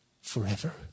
forever